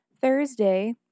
Thursday